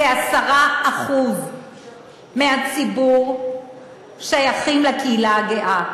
כ-10% מהציבור שייכים לקהילה הגאה.